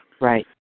Right